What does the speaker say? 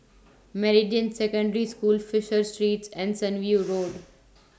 Meridian Secondary School Fisher Street and Sunview Road